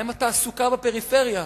מה עם התעסוקה בפריפריה?